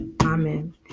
amen